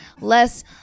less